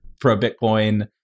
pro-Bitcoin